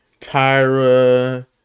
Tyra